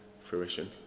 fruition